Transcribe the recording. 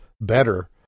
better